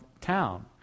town